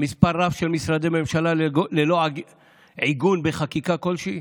מספר רב של משרדי ממשלה ללא עיגון בחקיקה כלשהי?